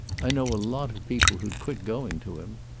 i know a lot of people who'd quit going to him.